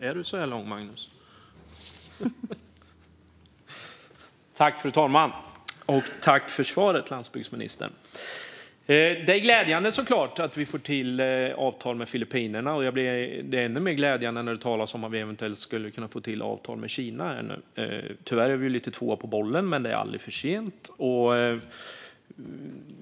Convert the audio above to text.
Fru talman! Tack för svaret, landsbygdsministern! Det är såklart glädjande att vi får till avtal med Filippinerna. Det är ännu mer glädjande när det talas om att vi eventuellt skulle kunna få till avtal med Kina. Tyvärr är vi lite tvåa på bollen, men det är aldrig för sent.